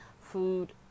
food